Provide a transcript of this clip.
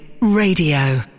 Radio